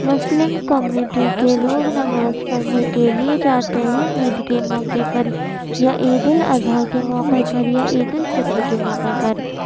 مسلم community کے لوگ نماز پڑھنے کے لیے جاتے ہیں عید کے موقع پر یا عیدالاضحیٰ کے موقع پر یا عیدالفطر کے موقع پر